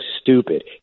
stupid